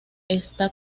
está